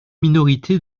minorité